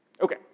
Okay